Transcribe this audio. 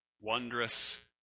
wondrous